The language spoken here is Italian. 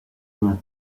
una